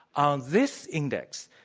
um this index,